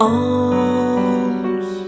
arms